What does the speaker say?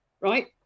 right